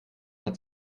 hat